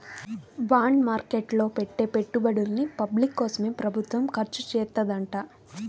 bond market లో పెట్టే పెట్టుబడుల్ని పబ్లిక్ కోసమే ప్రభుత్వం ఖర్చుచేత్తదంట